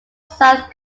south